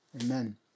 Amen